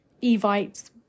e-vites